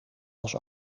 als